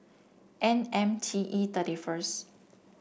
N M T E thirty first